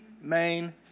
main